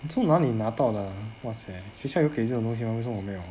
从哪里拿到了 !wahseh! 学校有给这种东西吗为什么我没有